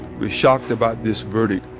we're shocked about this verdict.